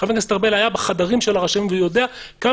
חבר הכנסת ארבל היה בחדרים של הרשמים ויודע כמה